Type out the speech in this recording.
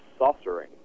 saucering